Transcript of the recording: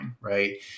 Right